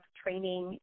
training